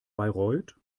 bayreuth